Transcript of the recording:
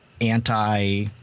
anti